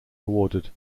awarded